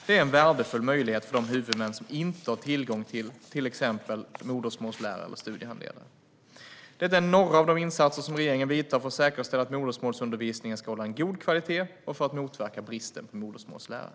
Det är en värdefull möjlighet för de huvudmän som inte har tillgång till exempelvis modersmålslärare eller studiehandledare. Detta är några av de insatser som regeringen vidtar för att säkerställa att modersmålsundervisningen ska hålla en god kvalitet och för att motverka bristen på modersmålslärare.